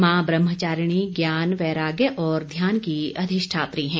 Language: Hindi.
मां ब्रहाम्वारिणी ज्ञान पैराग्य और ध्यान की अधिष्ठात्री हैं